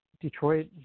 Detroit